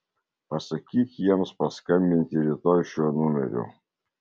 pasakyk jiems paskambinti rytoj šiuo numeriu